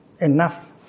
enough